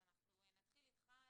אז נתחיל איתך,